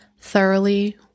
thoroughly